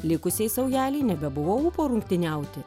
likusiai saujelei nebebuvo ūpo rungtyniauti